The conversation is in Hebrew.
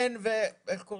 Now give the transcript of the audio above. רונן וחוה.